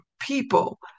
people